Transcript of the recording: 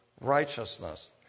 righteousness